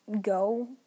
go